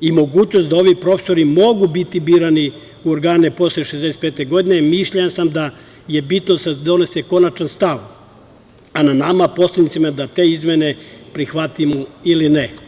i mogućnost da ovi profesori mogu biti birani u organe posle 65. godine, mišljenja sam da je bitno da se donese konačan stav, a na nama poslanicima je da te izmene prihvatimo ili ne.